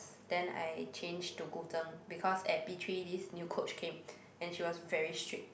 then I changed to Guzheng because at P-three this new coach came and she was very strict